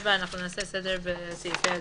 4. אנחנו נעשה סדר בסעיפי הדיווח,